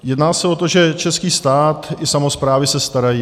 Jedná se o to, že český stát i samosprávy se starají.